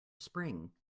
spring